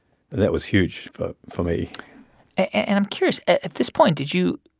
that was huge for for me and i'm curious at this point, did you